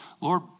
Lord